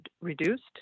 reduced